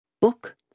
Book